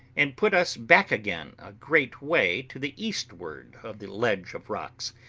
and put us back again a great way to the eastward of the ledge of rocks,